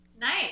Nice